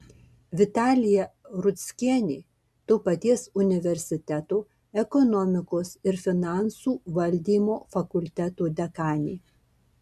vitalija rudzkienė to paties universiteto ekonomikos ir finansų valdymo fakulteto dekanė